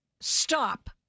stop